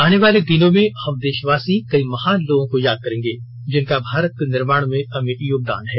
आने वाले दिनों में हम देशवासी कई महान लोगों को याद करेंगे जिनका भारत के निर्माण में अमिट योगदान है